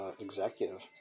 executive